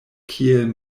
kiel